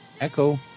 Echo